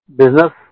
business